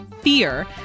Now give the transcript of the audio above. fear